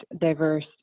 diverse